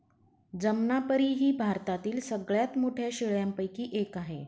जमनापरी ही भारतातील सगळ्यात मोठ्या शेळ्यांपैकी एक आहे